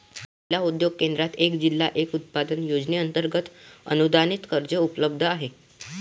जिल्हा उद्योग केंद्रात एक जिल्हा एक उत्पादन योजनेअंतर्गत अनुदानित कर्ज उपलब्ध आहे